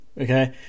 Okay